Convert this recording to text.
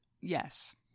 yes